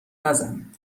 نزن